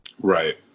Right